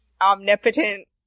omnipotent